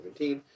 2017